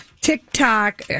TikTok